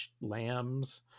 lambs